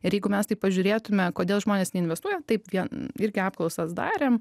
ir jeigu mes taip pažiūrėtume kodėl žmonės neinvestuoja taip vien irgi apklausas darėm